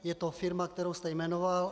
Je to firma, kterou jste jmenoval.